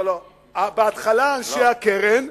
יבואו אנשי הקרן,